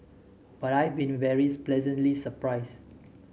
but I've been very pleasantly surprised